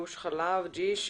גוש חלב ג'יש,